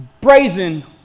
brazen